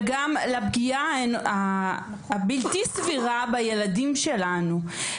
וגם לפגיעה הבלתי סבירה בילדים שלנו.